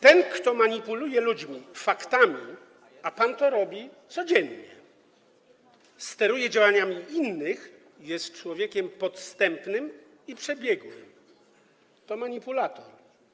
Ten, kto manipuluje ludźmi, faktami - a pan robi to codziennie, steruje działaniami innych i jest człowiekiem podstępnym i przebiegłym - to manipulator.